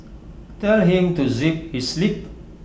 tell him to zip his lip